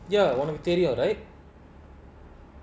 ya one உனக்குதெரியும்:unaku therium alright